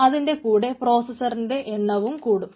അതിന്റെ കൂടെ പ്രോസസറിന്റെ എണ്ണവും കൂടും